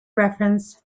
reference